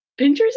Pinterest